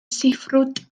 siffrwd